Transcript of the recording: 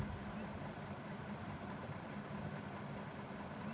অনেক রকমের সামুদ্রিক জিনিস পাওয়া যায়